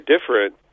different